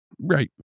Right